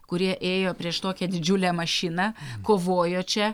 kurie ėjo prieš tokią didžiulę mašiną kovojo čia